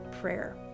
prayer